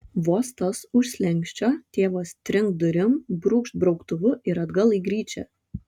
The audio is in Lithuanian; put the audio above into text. vos tas už slenksčio tėvas trinkt durim brūkšt brauktuvu ir atgal į gryčią